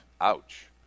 Ouch